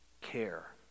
care